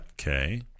Okay